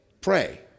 pray